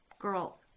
Girl